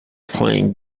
playing